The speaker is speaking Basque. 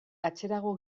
atzerago